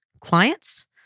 clients